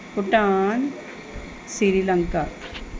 Bhutan Sri Lanka